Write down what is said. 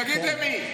תגיד למי.